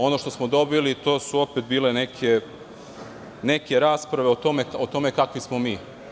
Ono što smo dobili, to su opet bile neke rasprave o tome kakvi smo mi.